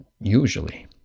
usually